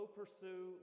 pursue